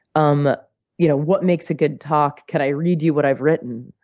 um you know what makes a good talk? could i read you what i've written?